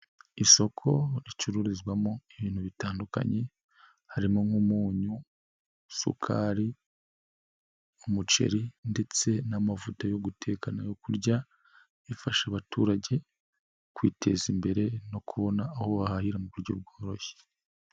Isoko ricururizwamo ibintu bitandukanye, harimo nk'umuyu, isukari, umuceri ndetse n'amavuta yo gutekaka n'ayo kurya, bifasha abaturage, kwiteza imbere no kubona aho wahahirira mu buryo bworoshye.